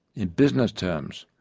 in business terms,